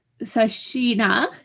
Sashina